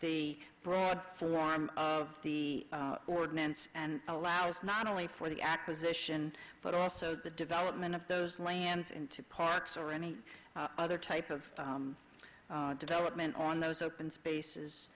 the broad form of the ordinance and allows not only for the acquisition but also the development of those lands into parks or any other type of development on those open spaces